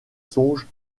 songes